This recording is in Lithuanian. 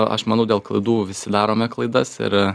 aš manau dėl klaidų visi darome klaidas ir